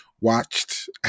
watched